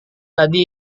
tadi